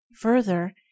Further